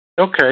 Okay